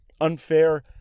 unfair